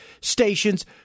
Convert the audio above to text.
stations